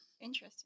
Interesting